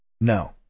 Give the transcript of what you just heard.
No